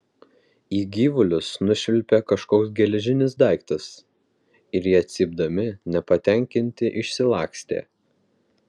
į gyvulius nušvilpė kažkoks geležinis daiktas ir jie cypdami nepatenkinti išsilakstė